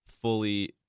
fully